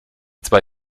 zwei